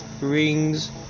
rings